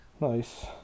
Nice